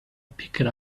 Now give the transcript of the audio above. picked